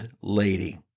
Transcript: Lady